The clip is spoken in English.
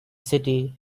city